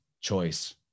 choice